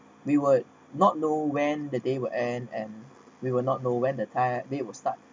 we would not know when the day will end and we will not know where the time they will start